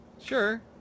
Sure